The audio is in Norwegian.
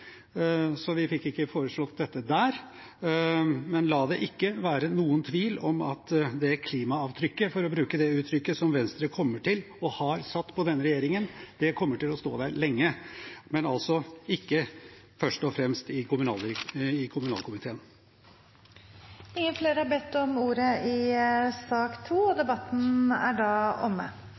så vi fikk ikke foreslått dette der. Men la det ikke være noen tvil om at det klimaavtrykket, for å bruke det uttrykket, som Venstre kommer til å sette, og har satt på denne regjeringen, kommer til å stå lenge – men altså ikke først og fremst i kommunalkomiteen. Flere har ikke bedt om ordet til sak nr. 2. Etter ønske fra kommunal- og